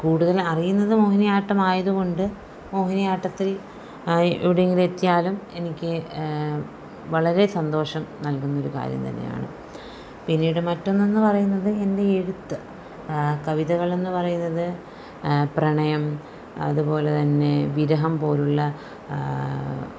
കൂടുതൽ അറിയുന്നത് മോഹിനിയാട്ടമായതുകൊണ്ട് മോഹിനിയാട്ടത്തിൽ എവിടെയെങ്കിലും എത്തിയാലും എനിക്ക് വളരെ സന്തോഷം നൽകുന്നൊരു കാര്യം തന്നെയാണ് പിന്നീട് മറ്റൊന്നെന്ന് പറയുന്നത് എൻ്റെ എഴുത്ത് കവിതകളെന്ന് പറയുന്നത് പ്രണയം അതുപോലെ തന്നെ വിരഹം പോലുള്ള